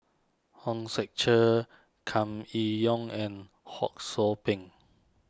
Hong Sek Chern Kam Kee Yong and Ho Sou Ping